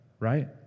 Right